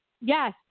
Yes